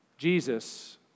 Jesus